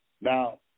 Now